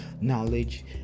knowledge